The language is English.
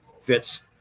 fits